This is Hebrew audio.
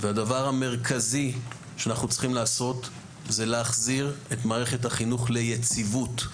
הדבר המרכזי שאנחנו צריכים לעשות הוא להחזיר את מערכת החינוך ליציבות.